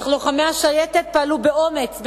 אך לוחמי השייטת פעלו באומץ,